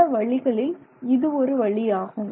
பல வழிகளில் இது ஒரு வழியாகும்